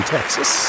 Texas